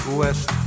west